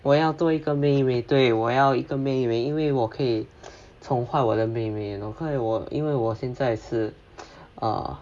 我要多一个妹妹对我要一个妹妹因为我可以宠坏我的妹妹 you know 我因为我现在是 err